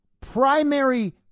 primary